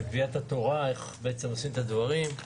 על קביעת התורה של עשיית הדברים,